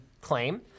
claim